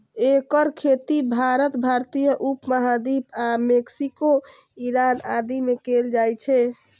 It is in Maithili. एकर खेती भारत, भारतीय उप महाद्वीप आ मैक्सिको, ईरान आदि मे कैल जाइ छै